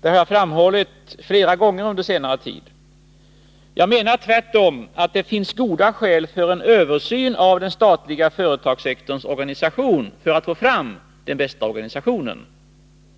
Det har jag framhållit flera gånger under senare tid. Jag menar tvärtom att det finns goda skäl för en översyn av den statliga företagssektorns organisation för att få fram den bästa organisationen.